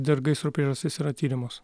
dar gaisro priežastys yra tiriamos